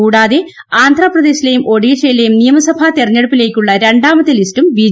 കൂടാതെ ആന്ധ്രാപ്രദേശിലെയും ഒഡിഷയിലെയും നിയമഭാ തെരഞ്ഞെടുപ്പിലേക്കുളള രണ്ടാമത്തെ ലിസ്റ്റും ബി